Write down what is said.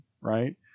right